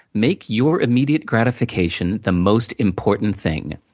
make your immediate gratification the most important thing.